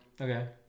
Okay